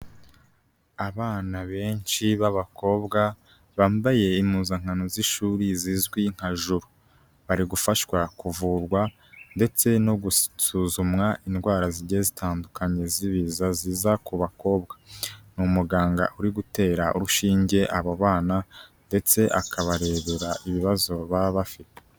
Abana benshi b'abakobwa bambaye impuzankano z'ishuri zizwi nka juru, bari gufashwa kuvurwa ndetse no gusuzumwa indwara zigiye zitandukanye z'ibiza ziza ku bakobwa, ni umuganga uri gutera urushinge abo bana ndetse akabarebera ibibazo baba bafite.